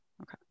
Okay